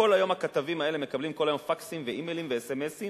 כל היום הכתבים האלה מקבלים כל היום פקסים ואימיילים ואס.אם.אסים